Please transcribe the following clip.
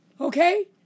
Okay